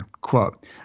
Quote